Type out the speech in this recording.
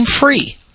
free